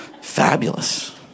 Fabulous